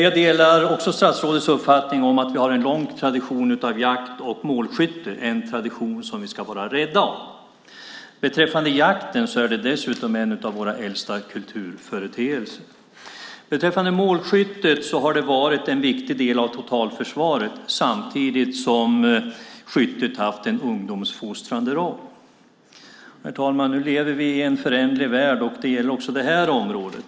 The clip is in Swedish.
Jag delar också statsrådets uppfattning att vi har en lång tradition av jakt och målskytte, en tradition som vi ska vara rädda om. Jakten är dessutom en av våra äldsta kulturföreteelser. Målskyttet har varit en viktig del av totalförsvaret, samtidigt som skyttet haft en ungdomsfostrande roll. Herr talman! Vi lever i en föränderlig värld, och det gäller också det här området.